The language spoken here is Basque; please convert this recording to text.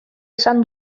esan